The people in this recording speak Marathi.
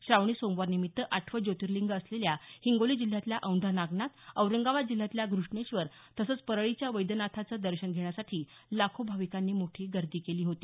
श्रावणी सोमवारनिमित आठवं ज्योतिर्लिंग असलेल्या हिंगोली जिल्ह्यातल्या औंढा नागनाथ औरंगाबाद जिल्ह्यातल्या घ्रष्णेश्वर तसंच परळीच्या वैद्यनाथाचं दर्शन घेण्यासाठी लाखो भाविकांनी मोठी गर्दी केली होती